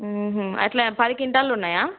అలా పది కింటాల్ ఉన్నాయా